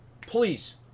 Please